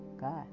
God